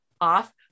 off